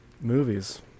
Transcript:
Movies